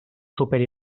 superi